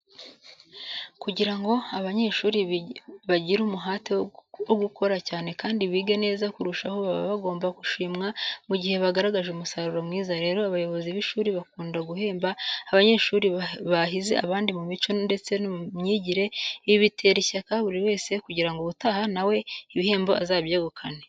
Kugira ngo abanyeshuri bagire umuhate wo gukora cyane kandi bige neza kurushaho baba bagomba gushimwa mu gihe bagaragaje umusaruro mwiza. Rero abayobozi b'ishuri bakunda guhemba abanyeshuri bahize abandi mu mico ndetse no mu myigire. Ibi bitera ishyaka buri wese kugira ngo ubutaha na we ibihembo azabyegukane.